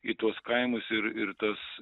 į tuos kaimus ir ir tas